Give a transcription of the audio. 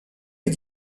est